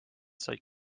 said